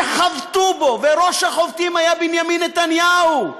וחבטו בו, וראש החובטים היה בנימין נתניהו.